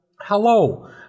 hello